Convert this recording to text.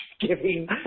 giving